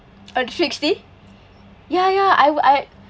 uh three sixty ya ya I'd I